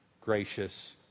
gracious